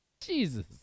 Jesus